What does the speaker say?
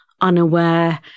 unaware